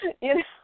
yes